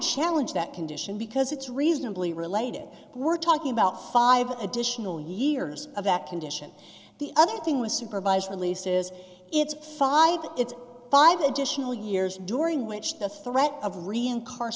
challenge that condition because it's reasonably related we're talking about five additional years of that condition the other thing was supervised releases its five it's five additional years during which the threat of reincarnat